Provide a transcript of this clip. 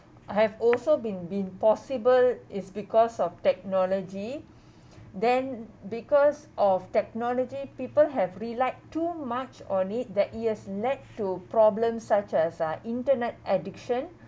have also been been possible is because of technology then because of technology people have relied too much on it that it has lead to problems such as uh internet addiction